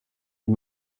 die